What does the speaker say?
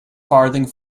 farthing